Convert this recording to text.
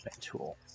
tool